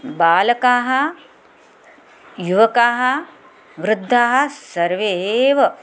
बालकाः युवकाः वृद्धाः सर्वे एव